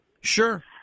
Sure